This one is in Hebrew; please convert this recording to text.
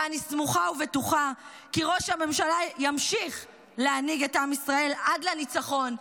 ואני סמוכה ובטוחה כי ראש הממשלה ימשיך להנהיג את עם ישראל עד לניצחון,